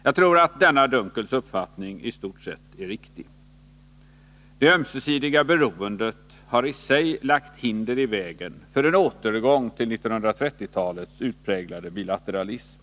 Jagtror att denna Dunkels uppfattning i stort sett är riktig. Det ömsesidiga beroendet har i sig lagt hinder i vägen för en återgång till 1930-talets utpräglade bilateralism.